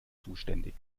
zuständig